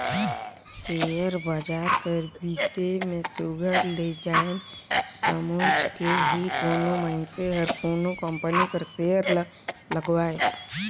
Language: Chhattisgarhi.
सेयर बजार कर बिसे में सुग्घर ले जाएन समुझ के ही कोनो मइनसे हर कोनो कंपनी कर सेयर ल लगवाए